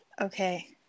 Okay